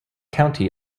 county